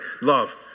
love